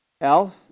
Else